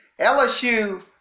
LSU